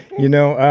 you know,